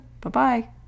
Bye-bye